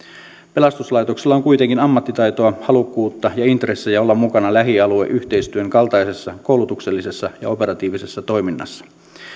pelastuslaitoksella on kuitenkin ammattitaitoa halukkuutta ja intressejä olla mukana lähialueyhteistyön kaltaisessa koulutuksellisessa ja operatiivisessa toiminnassa